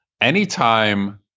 Anytime